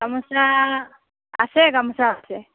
গামোচা আছে গামোচা আছে